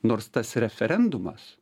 nors tas referendumas